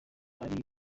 ari